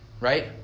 Right